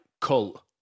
cult